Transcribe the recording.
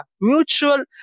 mutual